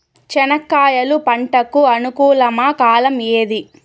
చెనక్కాయలు పంట కు అనుకూలమా కాలం ఏది?